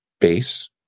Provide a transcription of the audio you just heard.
base